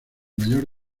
mayor